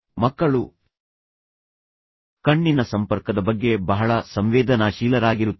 ಮಕ್ಕಳು ಕಣ್ಣಿನ ಸಂಪರ್ಕದ ಬಗ್ಗೆ ಬಹಳ ಸಂವೇದನಾಶೀಲರಾಗಿರುತ್ತಾರೆ